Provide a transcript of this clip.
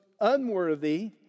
unworthy